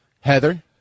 Heather